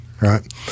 Right